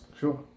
Sure